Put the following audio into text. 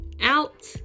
out